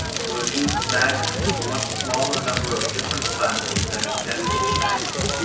to reduce facts to a much smaller number of different classes than is generally imagined.